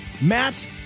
Matt